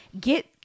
get